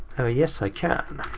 ah yes, i can!